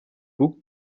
бүгд